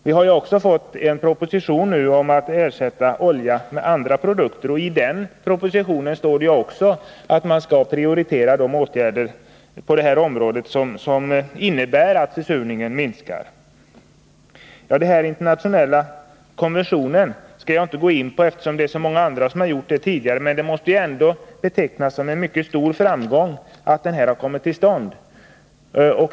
Det har också kommit en proposition om att ersätta olja med andra produkter. I den står det även att de åtgärder på detta område som innebär att försurningen minskar skall prioriteras. Jag skall inte beröra den nämnda internationella konventionen, eftersom så många andra har gjort det tidigare, men det måste ändå betecknas som en mycket stor framgång att den har kommit till stånd.